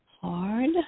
hard